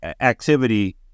activity